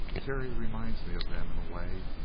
terry reminds me of them, in a way.